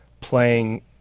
playing